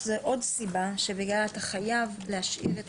זו עוד סיבה שבגללה אתה חייב להשאיר את